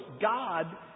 God